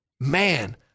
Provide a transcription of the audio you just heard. man